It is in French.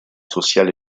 sociales